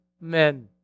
men